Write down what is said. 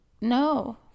No